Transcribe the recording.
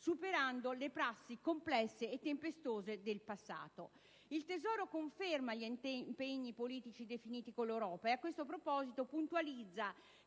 superando le prassi complesse e tempestose del passato. Il Ministero dell'economia conferma gli impegni politici definiti con l'Europa e, a tale proposito, puntualizza